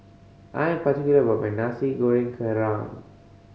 I am particular about my Nasi Goreng Kerang